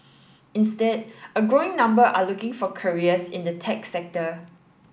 instead a growing number are looking for careers in the tech sector